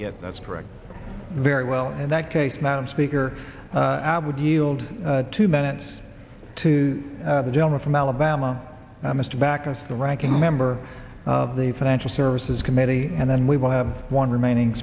yet that's correct very well in that case madam speaker i would yield two minutes to the gentleman from alabama mr baucus the ranking member of the financial services committee and then we will have one remaining